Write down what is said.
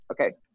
okay